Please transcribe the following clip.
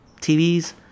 TVs